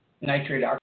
Nitrate